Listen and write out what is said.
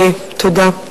תודה.